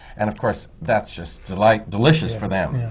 and of course that's just like delicious for them.